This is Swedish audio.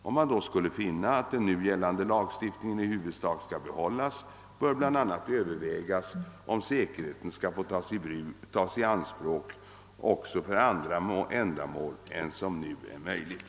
Om man därvid skulle finna att den gällande lagstiftningen i huvudsak skall behållas, bör bl.a. övervägas om säkerheten skall få tas i anspråk också för andra ändamål än som nu är möjligt.